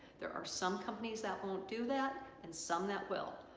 there are some companies that won't do that and some that will,